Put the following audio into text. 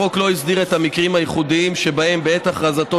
החוק לא הסדיר את המקרים הייחודיים שבהם בעת הכרזתו